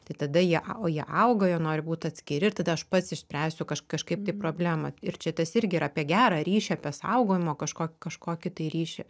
tai tada jie au jie auga jie nori būt atskiri ir tada aš pats išspręsiu kaž kažkaip tai problemą ir čia tas irgi yra apie gerą ryšį apie saugojimo kažkok kažkokį tai ryšį